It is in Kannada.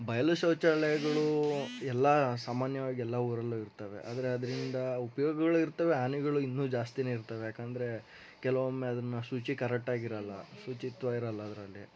ಬಯಲು ಶೌಚಾಲಯಗಳು ಎಲ್ಲ ಸಾಮಾನ್ಯವಾಗಿ ಎಲ್ಲ ಊರಲ್ಲೂ ಇರ್ತವೆ ಆದರೆ ಅದರಿಂದ ಉಪ್ಯೋಗಗಳು ಇರ್ತವೆ ಹಾನಿಗಳು ಇನ್ನೂ ಜಾಸ್ತಿನೇ ಇರ್ತವೆ ಯಾಕಂದರೆ ಕೆಲವೊಮ್ಮೆ ಅದನ್ನು ಶುಚಿ ಕರೆಕ್ಟಾಗಿರಲ್ಲ ಶುಚಿತ್ವ ಇರಲ್ಲ ಅದರಲ್ಲಿ